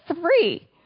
three